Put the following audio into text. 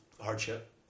hardship